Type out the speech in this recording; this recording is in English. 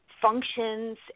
functions